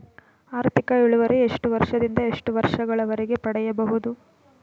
ಆರ್ಥಿಕ ಇಳುವರಿ ಎಷ್ಟು ವರ್ಷ ದಿಂದ ಎಷ್ಟು ವರ್ಷ ಗಳವರೆಗೆ ಪಡೆಯಬಹುದು?